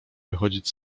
wychodzić